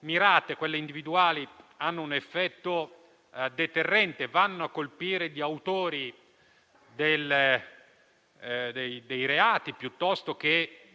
e individuali hanno un effetto deterrente, vanno a colpire gli autori dei reati o